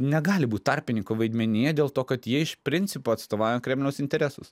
negali būt tarpininko vaidmenyje dėl to kad jie iš principo atstovauja kremliaus interesus